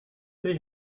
they